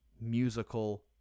musical